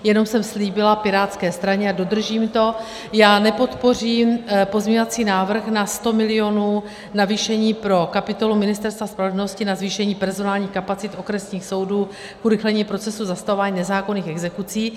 Jenom jsem slíbila Pirátské straně a dodržím to já nepodpořím pozměňovací návrh na 100 mil. navýšení pro kapitolu Ministerstva spravedlnosti na zvýšení personálních kapacit okresních soudů k urychlení procesu zastavování nezákonných exekucí.